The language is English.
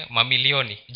Mamilioni